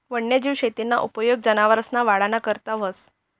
वन्यजीव शेतीना उपेग जनावरसना वाढना करता व्हस